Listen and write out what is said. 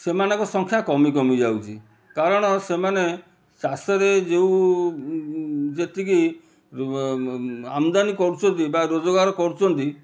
ସେମାନଙ୍କ ସଂଖ୍ୟା କମି କମି ଯାଉଛି କାରଣ ସେମାନେ ଚାଷରେ ଯେଉଁ ଯେତିକି ଆମଦାନୀ କରୁଛନ୍ତି ବା ରୋଜଗାର କରୁଛନ୍ତି